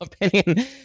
opinion